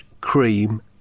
cream